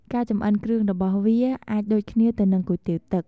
ការចម្អិនគ្រឿងរបស់វា អាចដូចគ្នាទៅនឹងគុយទាវទឹក។